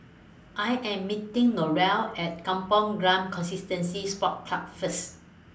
I Am meeting Norene At Kampong Glam Constituency Sports Club First